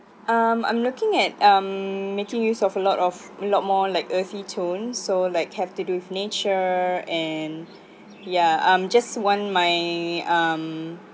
um I'm looking at um making use of a lot of a lot more like a free tone so like have to do with nature and ya um just want my um